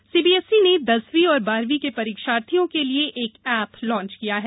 परीक्षा app CBSE ने दसवीं और बारहवीं के परिक्षार्थियों के लिए एक एप लॉन्च किया है